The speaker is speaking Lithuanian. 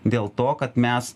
dėl to kad mes